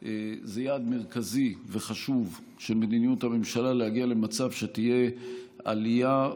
היא שזה יעד מרכזי וחשוב במדיניות הממשלה להגיע למצב שתהיה עלייה,